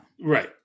Right